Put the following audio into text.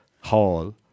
hall